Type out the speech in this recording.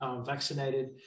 vaccinated